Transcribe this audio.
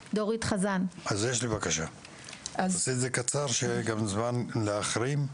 אני מבקש שתדברי בקצרה, שיהיה גם זמן לאחרים.